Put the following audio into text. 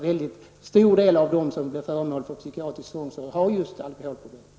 Väldigt många av dem som blir föremål för psykiatrisk tvångsvård har ju just alkoholproblem.